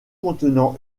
contenant